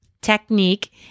technique